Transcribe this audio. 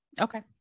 Okay